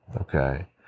okay